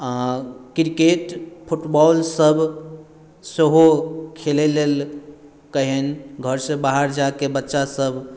आ क्रिकेट फुटबॉलसभ सेहो खेलयलेल कहीँ घरसँ बाहर जा कऽ बच्चासभ